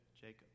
Jacob